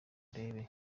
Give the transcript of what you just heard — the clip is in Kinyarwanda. urebe